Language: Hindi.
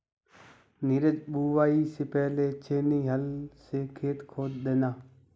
नीरज बुवाई से पहले छेनी हल से खेत खोद देना